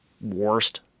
worst